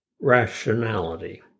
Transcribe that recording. rationality